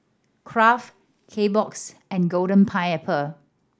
Kraft Kbox and Golden Pineapple